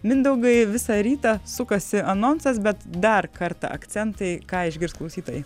mindaugai visą rytą sukasi anonsas bet dar kartą akcentai ką išgirs klausytojai